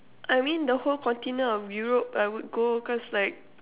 I mean the whole continent of Europe I would go cause like